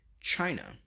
China